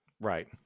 Right